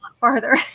farther